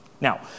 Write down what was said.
Now